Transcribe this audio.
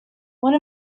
one